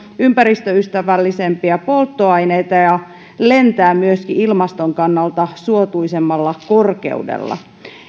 ympäristöystävällisempiä polttoaineita ja lentää myöskin ilmaston kannalta suotuisammalla korkeudella